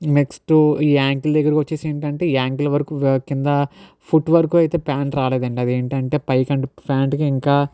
next ఈ ankle దగ్గరకు వచ్చేసి ఏంటంటే ఈ యాంకిల్ వరకు కింద ఫుట్ వరకు అయితే ప్యాంట్ రాలేదండి అదేంటంటే పై ప్యాంట్ ప్యాంట్ కి ఇంకా